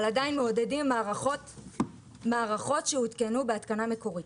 אבל עדיין מעודדים מערכות שהותקנו בהתקנה מקורית.